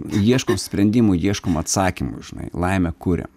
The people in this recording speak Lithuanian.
ieškom sprendimų ieškom atsakymų žinai laimę kuriam